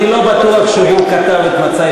אני לא בטוח שהוא כתב את מצע,